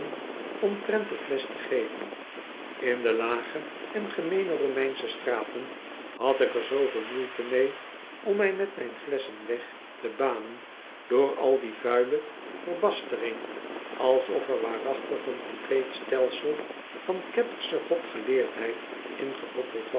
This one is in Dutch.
omtrent de flesch te geven in de lage en gemeen e romein sche staten had ik er zooveel moeite mee om mij met mijn flesch een weg te banen door al die vuile verbastering alsof er waarachtig een compleet stelsel van kettersche godgeleerdheid in gebotteld